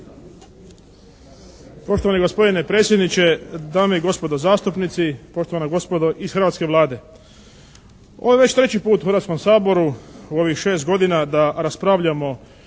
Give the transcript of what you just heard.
Poštovani gospodine predsjedniče, dame i gospodo zastupnici, poštovana gospodo iz hrvatske Vlade! Ovo je već treći put u Hrvatskom saboru u ovih šest godina da raspravljamo